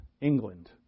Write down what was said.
England